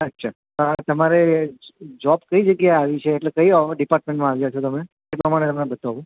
અચ્છા તો આ તમારે જોબ કઈ જગ્યાએ આવી છે એટલે કઈ ડિપાર્ટમેન્ટમાં આવ્યાં છો તમે એ પ્રમાણે તમને બતાવું